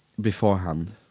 beforehand